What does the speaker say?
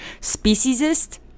Speciesist